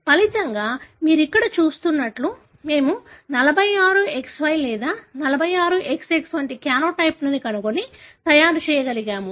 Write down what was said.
ఫలితంగా మీరు ఇక్కడ చూస్తున్నట్లుగా మేము 46XY లేదా 46XX వంటి కార్యోటైప్ను కనుగొని తయారు చేయగలిగాము